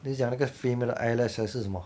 你是讲那个 female eyelash 还是什么